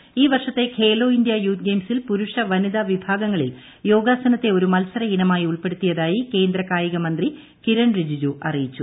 Khelo India ഈ വർഷത്തെ Khelo India youth ഗെയിംസിൽ പുരുഷ വനിതാ വിഭാഗങ്ങളിൽ യോഗാസനത്തു ഒരു മത്സര ഇനമായി ഉൾപ്പെടുത്തിയതായി കേന്ദ്ര കായിക് മന്ത്രി കിരൺ റിജിജു അറിയിച്ചു